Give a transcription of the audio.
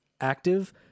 active